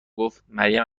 گفتمریم